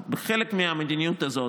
אז כחלק מהמדיניות הזאת,